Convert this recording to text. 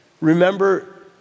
remember